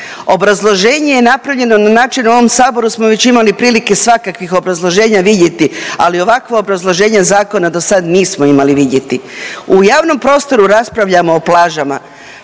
Obrazloženje je napravljeno na način u ovom saboru smo već imali prilike svakakvih obrazloženja vidjeti, ali ovakvo obrazloženje dosad nismo imali vidjeti. U javnom prostoru raspravljamo o plažama,